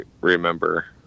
remember